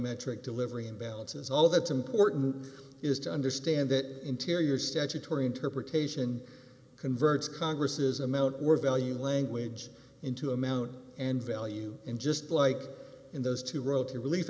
volumetric delivery imbalances all that's important is to understand that interior statutory interpretation converges congress's amount or value language into amount and value in just like in those two wrote the relief